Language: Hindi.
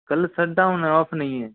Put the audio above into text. कल शट डाउन है ऑफ़ नहीं है